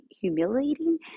humiliating